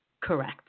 Correct